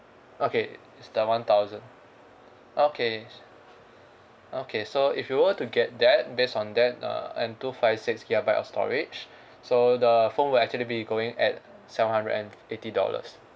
okay is the one thousand okay okay so if you were to get that based on that uh and two five six gigabyte of storage so the phone will actually be going at seven hundred and eighty dollars